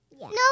No